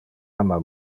ama